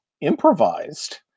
improvised